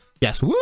Yes